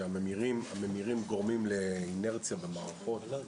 שממירים גורמים לאינרציה ומערכות --- לא,